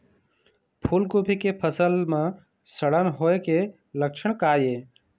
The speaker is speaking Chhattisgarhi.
फूलगोभी के फसल म सड़न होय के लक्षण का ये?